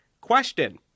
Question